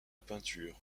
peinture